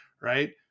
right